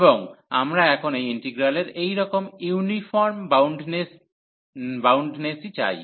এবং আমরা এখন এই ইন্টিগ্রালের এইরকম ইউনিফর্ম বাউন্ডনেসই চাই